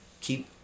keep